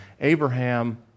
Abraham